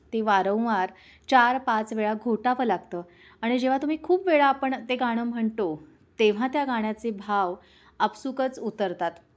ते वारंवार चार पाच वेळा घोटावं लागतं आणि जेव्हा तुम्ही खूप वेळा आपण ते गाणं म्हणतो तेव्हा त्या गाण्याचे भाव आपसुकच उतरतात